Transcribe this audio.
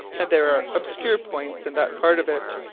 and there are obscure points in that part of it,